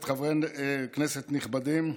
חברי כנסת נכבדים,